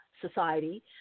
society